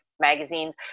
magazines